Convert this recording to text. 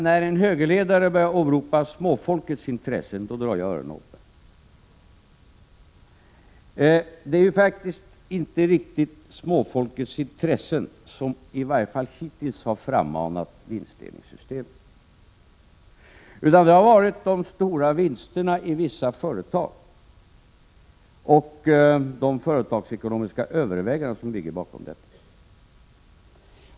När en högerledare börjar åberopa småfolkets intressen drar jag öronen åt mig. Det är i varje fall inte hittills småfolkets intressen som har frammanat vinstdelningssystemen, utan det har varit de stora vinsterna i vissa företag och de företagsekonomiska överväganden som ligger bakom systemen.